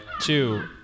Two